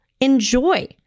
Enjoy